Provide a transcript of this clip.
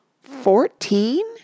Fourteen